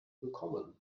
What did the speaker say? bekommen